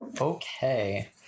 Okay